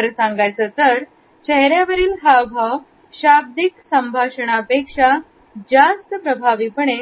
खरं सांगायचं तर चेहऱ्यावरील हावभाव शाब्दिक संभाषणपेक्षा जास्त प्रभावीपणे